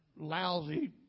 lousy